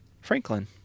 Franklin